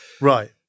right